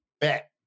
bet